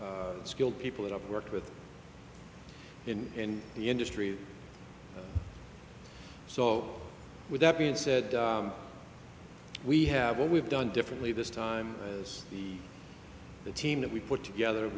skilled people that i've worked with in the industry so with that being said we have what we've done differently this time as the a team that we put together